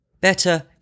Better